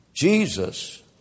Jesus